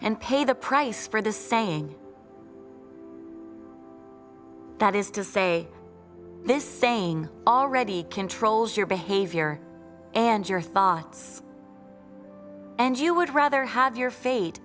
and pay the price for the saying that is to say this saying already controls your behavior and your thoughts and you would rather have your fate